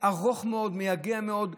ארוך מאוד, מייגע מאוד.